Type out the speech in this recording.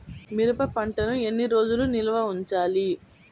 మిరప పంటను ఎన్ని రోజులు నిల్వ ఉంచాలి?